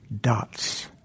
dots